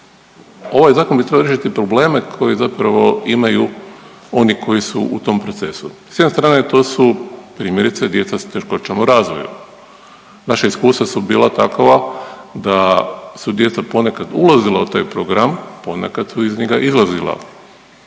ovaj zakon bi trebao riješiti probleme koji zapravo imaju oni koji su tom procesu. S jedne strane to su primjerice djeca s teškoćama u razvoju. Naša iskustva su bila takva da su djeca ponekad ulazila u taj program, ponekad su iz njega izlazila,